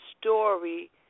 story